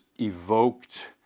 evoked